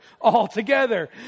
altogether